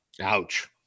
Ouch